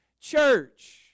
church